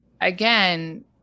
again